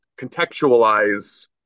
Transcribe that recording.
contextualize